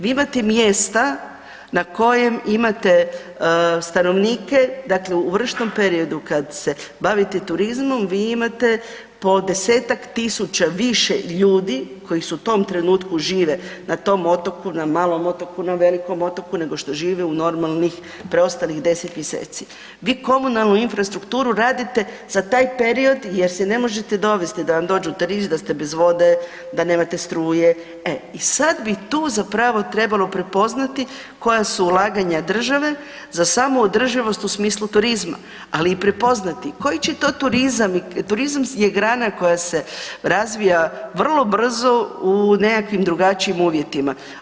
Vi imate mjesta na kojem imate stanovnike dakle u vršnom periodu kad se bavite turizmom vi imate po desetak tisuća više ljudi koji su u tom trenutku žive na tom otoku, na malom otoku, na velikom otoku nego što žive u normalnih preostalih 10 mjeseci, vi komunalnu infrastrukturu radite za taj period jer si ne možete dovesti da vam dođu turisti da ste bez vode, da nemate struje e i sada bi tu zapravo trebalo prepoznati koja su ulaganja države za samoodrživost u smislu turizma, ali i prepoznati koji će to turizam jer turizam je grana koja se razvija vrlo brzo u nekakvim drugačijim uvjetima.